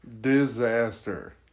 disaster